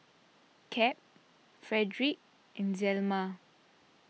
Cap Fredric and Zelma